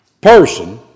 person